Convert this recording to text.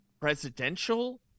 presidential